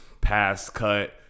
pass-cut